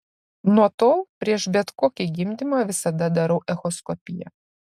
nuo tol prieš bet kokį gimdymą visada darau echoskopiją